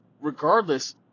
regardless